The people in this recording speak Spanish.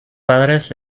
padres